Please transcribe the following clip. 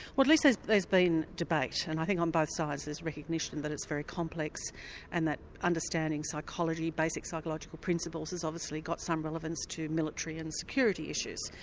least there's there's been debate and i think on both sides there's recognition that it's very complex and that understanding psychology, basic psychological principles has obviously got some relevance to military and security issues.